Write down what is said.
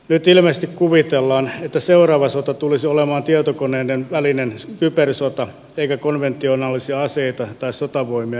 nyt ilmeisesti kuvitellaan että seuraava sota tulisi olemaan tietokoneiden välinen kybersota eikä konventionaalisia aseita tai sotavoimia enää tarvittaisi